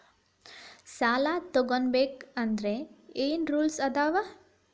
ಸಾಲ ತಗೋ ಬೇಕಾದ್ರೆ ಏನ್ ರೂಲ್ಸ್ ಅದಾವ?